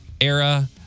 era